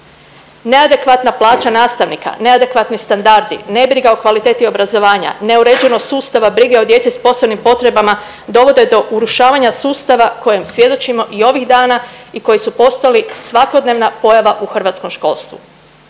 Neadekvatna plaća nastavnika, neadekvatni standardi, nebriga o kvaliteti obrazovanja, neuređenost sustava brige o djece s posebnim potrebama dovode do urušavanja sustava kojem svjedočimo i ovih dana i koji su postali svakodnevna pojava u hrvatskom školstvu.